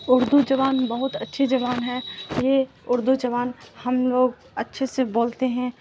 اردو زبان بہت اچھی زبان ہے یہ اردو زبان ہم لوگ اچھے سے بولتے ہیں